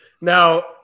Now